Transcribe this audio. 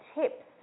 tips